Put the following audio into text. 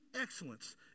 excellence